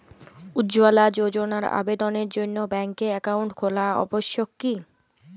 উজ্জ্বলা যোজনার আবেদনের জন্য ব্যাঙ্কে অ্যাকাউন্ট খোলা আবশ্যক কি?